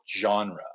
genre